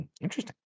interesting